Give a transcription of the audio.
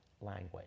language